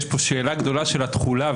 ויש פה שאלה גדולה של התכולה.